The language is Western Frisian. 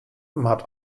moat